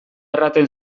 erraten